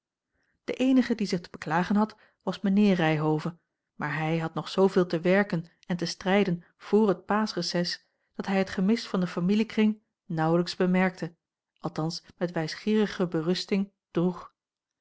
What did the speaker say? de eenige die zich te beklagen had was mijnheer ryhove maar hij had nog zooveel te werken en te strijden vr het paasch recès dat hij het gemis van den familiekring nauwelijks bemerkte althans met wijsgeerige berusting droeg